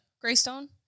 Greystone